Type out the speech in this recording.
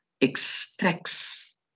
extracts